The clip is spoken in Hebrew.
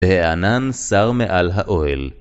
וענן שר מעל האוהל.